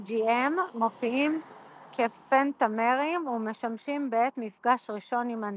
IgM מופיעים כפנטמרים ומשמשים בעת מפגש ראשון עם אנטיגן.